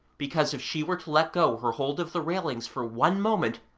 because, if she were to let go her hold of the railings for one moment,